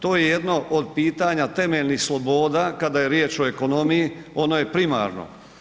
To je jedno od pitanja temeljenih sloboda kada je riječ o ekonomiji, ono je primarno.